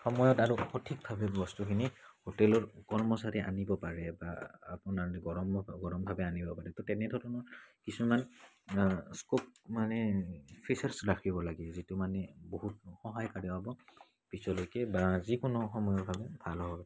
সময়ত আৰু সঠিকভাৱে বস্তুখিনি হোটেলৰ কৰ্মচাৰীয়ে আনিব পাৰে বা আপোনাৰ গৰমভাৱে আনিব পাৰে তো তেনেধৰণৰ কিছুমান স্কপ মানে ফিচাৰ্চ ৰাখিব লাগে যিটো মানে বহুত সহায়কাৰী হ'ব পিছলৈকে বা যিকোনো সময়ৰ কাৰণে ভাল হয়